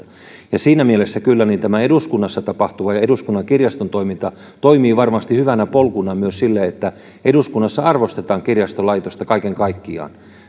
siinä mielessä kyllä tämä eduskunnassa tapahtuva eduskunnan kirjaston toiminta toimii varmasti hyvänä polkuna myös sille että eduskunnassa arvostetaan kirjastolaitosta kaiken kaikkiaan